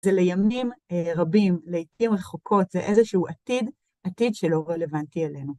זה לימים רבים, לעתים רחוקות, זה איזשהו עתיד, עתיד שלא רלוונטי אלינו.